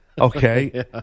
Okay